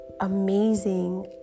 amazing